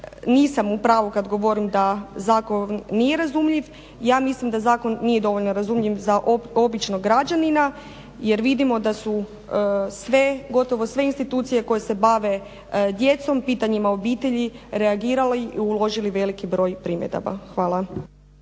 nisam u pravu kad govorim da zakon nije razumljiv ja mislim da zakon nije dovoljno razumljiv za običnog građanina jer vidimo da su sve, gotovo sve institucije koje se bave djecom, pitanjima obitelji reagirali i uložili veliki broj primjedbi. Hvala.